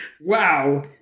Wow